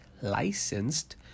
licensed